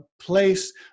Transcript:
place